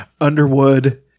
Underwood